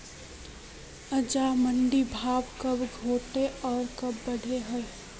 अनाज मंडीर भाव कब घटोहो आर कब बढ़ो होबे?